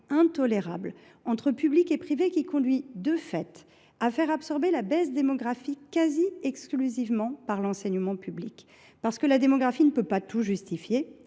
intolérable entre public et privé, qui conduit de fait à faire absorber la baisse démographique quasi exclusivement par l’enseignement public. Parce que la démographie ne peut tout justifier,